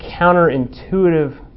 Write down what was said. counterintuitive